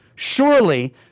Surely